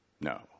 No